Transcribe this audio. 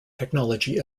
technology